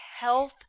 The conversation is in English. health